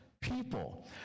people